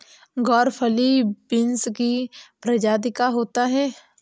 ग्वारफली बींस की प्रजाति का होता है